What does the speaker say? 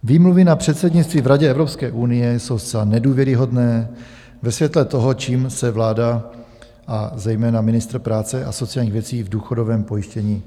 Výmluvy na předsednictví v Radě Evropské unie jsou zcela nedůvěryhodné ve světle toho, čím se vláda a zejména ministr práce a sociálních věcí v důchodovém pojištění zabývali.